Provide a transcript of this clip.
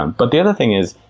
um but the other thing is,